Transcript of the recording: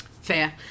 Fair